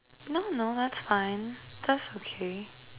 no no that's fine that's okay